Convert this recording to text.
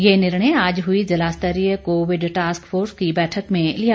ये निर्णय आज हुई ज़िला स्तरीय कोविड टास्क फोर्स की बैठक में लिया